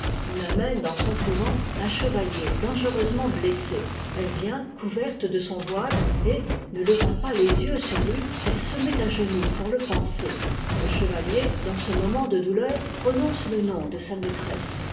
on amène dans son couvent un chevalier dangereusement btessé elle vient couverte de son voile et ne levant pas les yeux sur lui elle se met à genoux pour le panser le chevalier dans ce moment de douleur prononce le nom de sa maîtresse